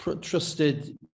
trusted